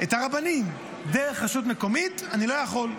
את הרבנים דרך רשות מקומית אני לא יכול,